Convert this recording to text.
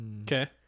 okay